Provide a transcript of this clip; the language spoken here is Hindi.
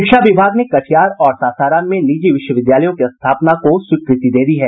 शिक्षा विभाग ने कटिहार और सासाराम में निजी विश्वविद्यालयों की स्थापना को स्वीकृति दे दी है